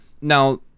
now